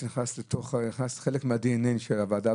בנית חלק מהדי-אן-אי של הוועדה.